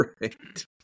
Right